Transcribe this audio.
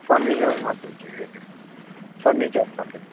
furniture સાથે જ જોઈએ છે ફર્નિચર સાથે